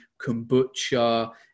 kombucha